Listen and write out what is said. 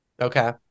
Okay